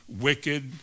wicked